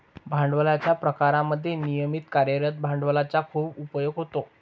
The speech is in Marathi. भांडवलाच्या प्रकारांमध्ये नियमित कार्यरत भांडवलाचा खूप उपयोग होतो